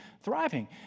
thriving